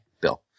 Bill